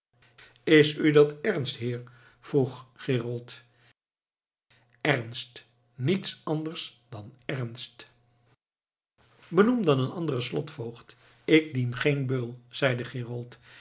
is u dat ernst heer vroeg gerold ernst niets anders dan ernst benoem dan een anderen slotvoogd ik dien geen beul zeide gerold